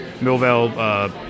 Millvale